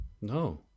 No